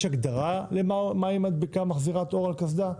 יש הגדרה מהי מדבקה מחזירת אור על קסדה?